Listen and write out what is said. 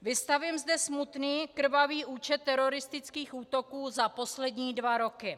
Vystavím zde smutný krvavý účet teroristických útoků za poslední dva roky.